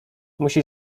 musi